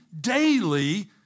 Daily